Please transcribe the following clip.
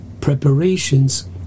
preparations